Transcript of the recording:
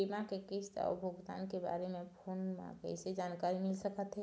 बीमा के किस्त अऊ भुगतान के बारे मे फोन म कइसे जानकारी मिल सकत हे?